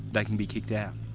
they can be kicked out.